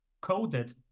coded